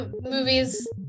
movies